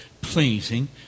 pleasing